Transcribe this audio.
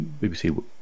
BBC